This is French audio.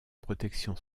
protection